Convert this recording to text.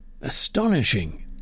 astonishing